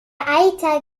eiter